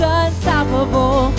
unstoppable